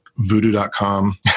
voodoo.com